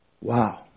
Wow